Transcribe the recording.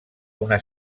una